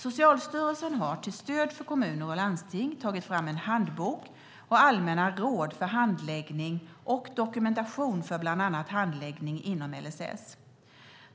Socialstyrelsen har till stöd för kommuner och landsting tagit fram en handbok och allmänna råd för handläggning och dokumentation för bland annat handläggning inom LSS.